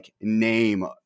name